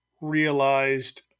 realized